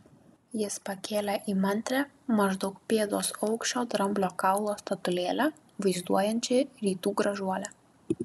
jis pakėlė įmantrią maždaug pėdos aukščio dramblio kaulo statulėlę vaizduojančią rytų gražuolę